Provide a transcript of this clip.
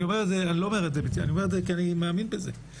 אני אומר את זה כי אני מאמין בזה.